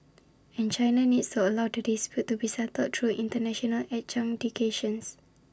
and China needs to allow the dispute to be settled through International adjudication